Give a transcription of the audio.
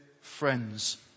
friends